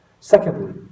Secondly